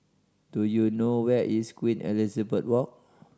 do you know where is Queen Elizabeth Walk